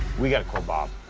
we gotta call bob.